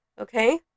Okay